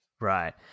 Right